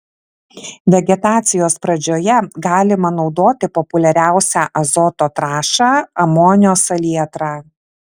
vegetacijos pradžioje galima naudoti populiariausią azoto trąšą amonio salietrą